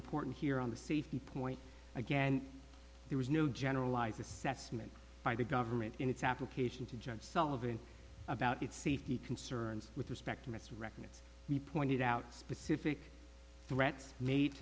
important here on the safety point again there was no generalized assessment by the government in its application to judge sullivan about its safety concerns with respect to its records he pointed out specific threats made